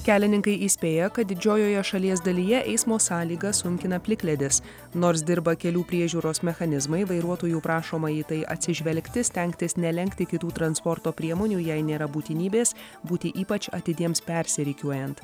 kelininkai įspėja kad didžiojoje šalies dalyje eismo sąlygas sunkina plikledis nors dirba kelių priežiūros mechanizmai vairuotojų prašoma į tai atsižvelgti stengtis nelenkti kitų transporto priemonių jei nėra būtinybės būti ypač atidiems persirikiuojant